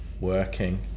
working